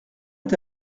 est